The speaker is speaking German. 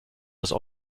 das